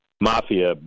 mafia